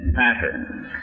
patterns